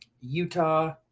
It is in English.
Utah